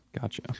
Gotcha